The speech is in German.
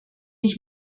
ich